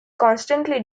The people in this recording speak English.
constantly